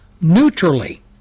neutrally